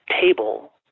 table